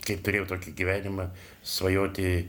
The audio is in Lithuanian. kai turėjau tokį gyvenimą svajoti